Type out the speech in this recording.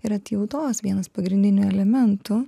ir atjautos vienas pagrindinių elementų